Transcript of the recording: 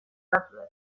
batzuek